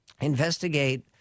investigate